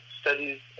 studies